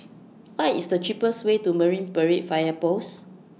What IS The cheapest Way to Marine Parade Fire Post